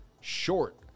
short